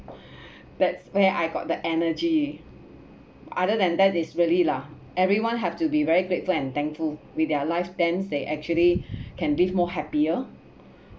that's where I got the energy other than that is really lah everyone have to be very grateful and thankful with their lives then they actually can live more happier